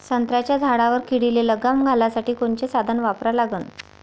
संत्र्याच्या झाडावर किडीले लगाम घालासाठी कोनचे साधनं वापरा लागन?